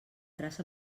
traça